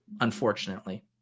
unfortunately